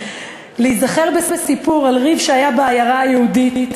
להיזכר בסיפור על ריב שהיה בעיירה יהודית.